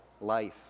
life